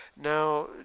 Now